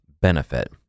benefit